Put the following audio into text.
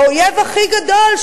לאויב הכי גדול,